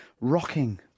rocking